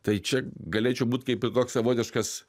tai čia galėčiau būt kaip ir toks savotiškas